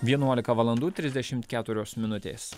vienuolika valandų trisdešimt keturios minutės